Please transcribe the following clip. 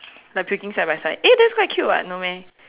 like puking side by side eh that's quite cute [what] no meh